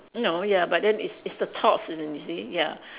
no ya but then it's it's the thoughts as in you see ya